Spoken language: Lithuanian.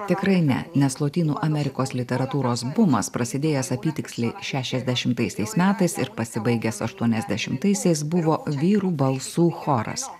tikrai ne nes lotynų amerikos literatūros bumas prasidėjęs apytiksliai šešiasdešimtaisiais metais ir pasibaigęs aštuoniasdešimtaisiais buvo vyrų balsų choras